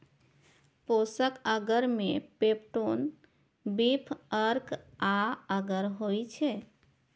पोषक अगर मे peptone, beef अर्क आ अगर होइ छै